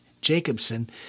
Jacobson